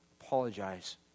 apologize